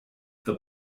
the